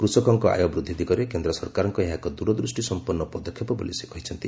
କୃଷକଙ୍କ ଆୟ ବୂଦ୍ଧି ଦିଗରେ କେନ୍ଦ୍ର ସରକାରଙ୍କର ଏହା ଏକ ଦୂରଦୃଷ୍ଟି ସମ୍ପନ୍ନ ପଦକ୍ଷେପ ବୋଲି ସେ କହିଛନ୍ତି